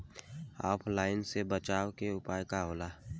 ऑफलाइनसे बचाव के उपाय का होला?